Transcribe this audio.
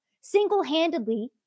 single-handedly